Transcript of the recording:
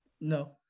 No